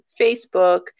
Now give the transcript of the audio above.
Facebook